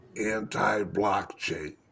anti-blockchain